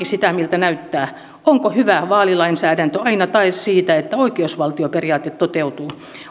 sitä miltä näyttää onko hyvä vaalilainsäädäntö aina tae siitä että oikeusvaltioperiaate toteutuu